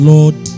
Lord